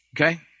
Okay